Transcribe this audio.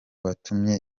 watumye